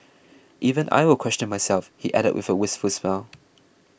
even I will question myself he added with a wistful smile